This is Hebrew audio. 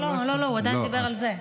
הוא עדיין מדבר על זה.